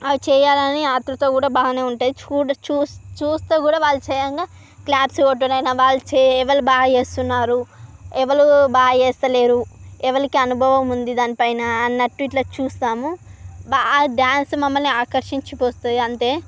అవి చేయాలని ఆత్రుత కూడా బానే ఉంటాయి చూస్ చూడు చూస్తూ కూడా వాళ్ళు చేయంగా క్లాప్స్ కొట్టడం అయిన వాళ్లు చే వాళ్ళు బాగా చేస్తున్నారు ఎవలు బాగా చేస్తలేరు ఎవలకి అనుభవం ఉంది దానిపైన అన్నట్టు ఇట్లా చూస్తాము బాగా డాన్స్ మమ్మల్ని ఆకర్షించేస్తాయి అంతే